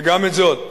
וגם את זאת: